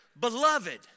beloved